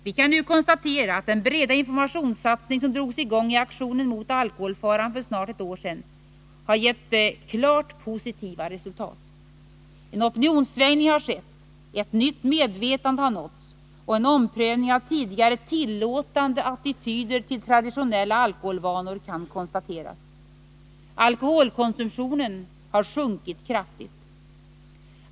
Vi kan nu konstatera att den breda informationssatsning som drogs igång i Aktionen mot alkoholfaran för snart ett år sedan har gett klart positiva resultat. En opinionssvängning har skett, ett nytt medvetande har nåtts, och en omprövning av tidigare tillåtande attityder till traditionella alkoholvanor kan konstateras. Alkoholkonsumtionen har sjunkit kraftigt.